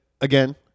again-